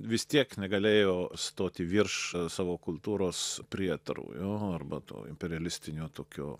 vis tiek negalėjo stoti virš savo kultūros prietarų jo arba to imperialistinio tokio